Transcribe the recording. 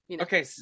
Okay